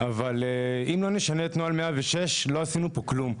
אבל אם לא נשנה את נוהל 106 לא עשינו פה כלום.